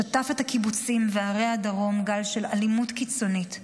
שטף את הקיבוצים ואת ערי הדרום גל של אלימות קיצונית.